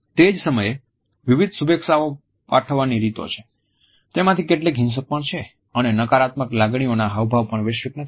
તે જ સમયે વિવિધ શુભેચ્છા પાઠવવાની રીતો છે તેમાંથી કેટલીક હિંસક પણ છે અને નકારાત્મક લાગણીઓના હાવભાવ પણ વૈશ્વિક નથી